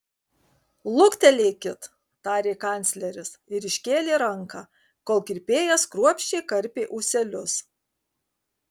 luktelėkit tarė kancleris ir iškėlė ranką kol kirpėjas kruopščiai karpė ūselius